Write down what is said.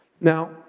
Now